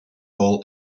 ball